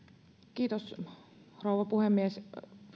rouva puhemies